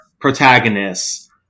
protagonists